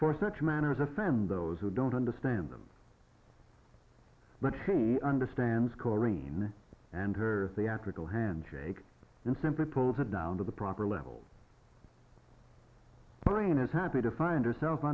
for such manners offend those who don't understand them but she understands coreen and her theatrical handshake and simply pulls it down to the proper level brain is happy to find herself